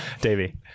Davey